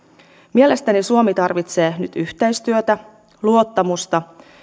mielestäni suomi tarvitsee nyt yhteistyötä luottamusta